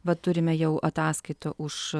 va turime jau ataskaitą už